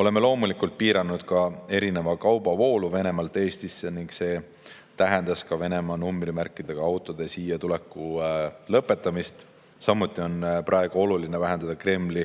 Oleme loomulikult piiranud ka erineva kauba voolu Venemaalt Eestisse ning see tähendas ka Venemaa numbrimärkidega autode siiatuleku lõpetamist. Samuti on praegu oluline vähendada Kremli